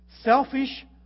selfish